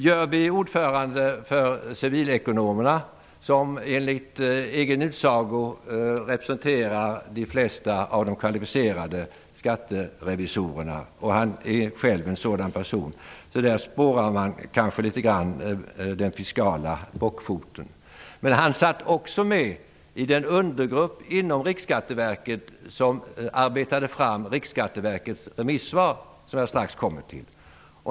Jörby är ordförande för civilekonomerna som enligt egen utsago representerar de flesta av de kvalificerade skatterevisorerna. Jörby är själv skatterevisor, därför kan man spåra den fiskala bockfoten. Men han satt också med i den undergrupp inom Riksskatteverket som arbetade fram Riksskatteverkets remissvar som jag strax kommer till.